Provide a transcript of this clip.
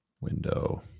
Window